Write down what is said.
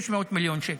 600 מיליון שקל.